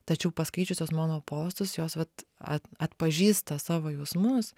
tačiau paskaičiusios mano postus jos vat atpažįsta savo jausmus